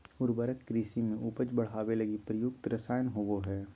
उर्वरक कृषि में उपज बढ़ावे लगी प्रयुक्त रसायन होबो हइ